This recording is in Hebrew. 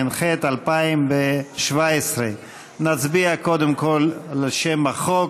התשע"ח 2017. נצביע קודם כול על שם החוק,